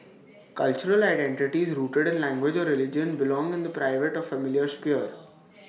cultural identities rooted in language or religion belong in the private or familial sphere